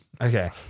okay